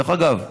דרך אגב,